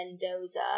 mendoza